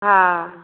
हा